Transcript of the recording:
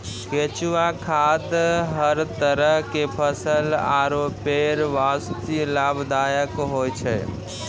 केंचुआ खाद हर तरह के फसल आरो पेड़ वास्तॅ लाभदायक होय छै